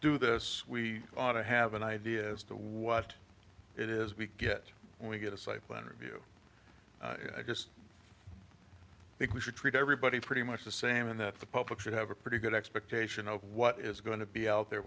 do this we ought to have an idea as to what it is we get when we get a site plan review i just think we should treat everybody pretty much the same and that the public should have a pretty good expectation of what is going to be out there